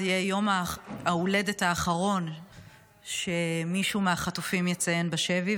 שזה יהיה יום ההולדת האחרון שמישהו מהחטופים יציין בשבי,